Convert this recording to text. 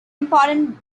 important